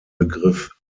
begriff